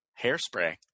Hairspray